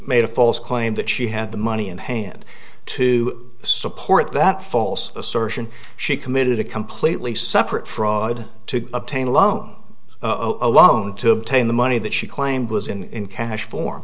made a false claim that she had the money in hand to support that false assertion she committed a completely separate fraud to obtain a loan alone to obtain the money that she claimed was in cash for